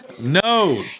No